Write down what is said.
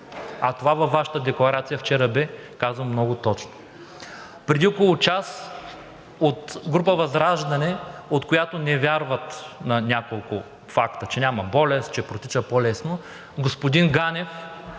а това във Вашата декларация вчера бе казано много точно. Преди около час от група ВЪЗРАЖДАНЕ, от която не вярват на няколко факта, че няма болест, че протича по-лесно, господин Ганев